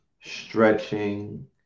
stretching